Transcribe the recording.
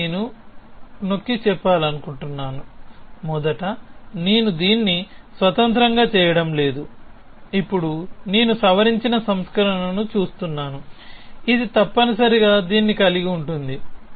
మళ్ళీ నేను నొక్కిచెప్పాలనుకుంటున్నాను మొదట నేను దీన్ని స్వతంత్రంగా చేయడం లేదు ఇప్పుడు నేను సవరించిన సంస్కరణను చూస్తున్నాను ఇది తప్పనిసరిగా దీన్ని కలిగి ఉంటుంది